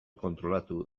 kontrolatu